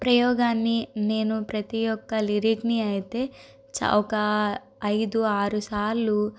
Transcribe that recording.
ప్రయోగాన్ని నేను ప్రతి ఒక్క లిరిక్ని అయితే ఒక ఐదు ఆరు సార్లు